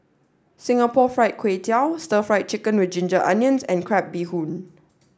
Singapore Fried Kway Tiao Stir Fried Chicken with Ginger Onions and Crab Bee Hoon